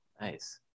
Nice